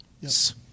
Yes